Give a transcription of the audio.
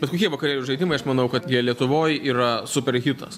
bet kokie vakarėlių žaidimai aš manau kad jie lietuvoj yra super hitas